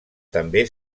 també